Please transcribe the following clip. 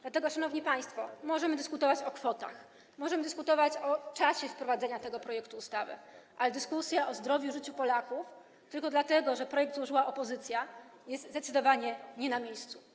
Dlatego, szanowni państwo, możemy dyskutować o kwotach, możemy dyskutować o czasie wprowadzenia tego projektu ustawy, ale dyskutowanie o zdrowiu i życiu Polaków tylko dlatego, że projekt złożyła opozycja, jest zdecydowanie nie na miejscu.